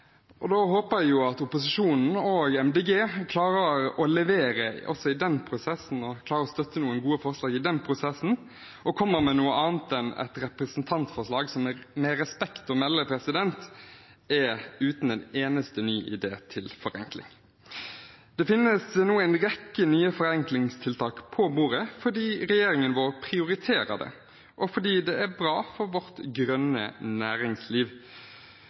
og jeg håper at opposisjonen og Miljøpartiet De Grønne klarer å levere også i den prosessen, klarer å støtte noen gode forslag og komme med noe annet enn et representantforslag som jeg med respekt å melde mener er uten en eneste ny idé til forenkling. Det finnes nå en rekke nye forenklingstiltak på bordet fordi regjeringen vår prioriterer det, og fordi det er bra for vårt grønne næringsliv.